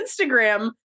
Instagram